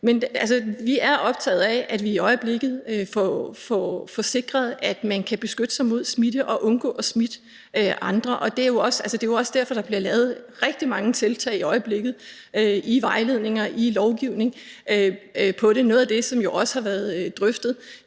Men vi er optaget af, at vi i øjeblikket får sikret, at man kan beskytte sig mod smitte og undgå at smitte andre. Det er jo også derfor, der bliver lavet rigtig mange tiltag i øjeblikket, vejledninger og lovgivning, i forhold til det. Noget af det, som jo også har været drøftet,